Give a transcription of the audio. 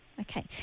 Okay